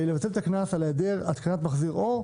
לבטל את הקנס על היעדר התקנת מחזיר אור,